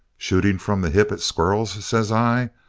shooting from the hip at squirrels says i.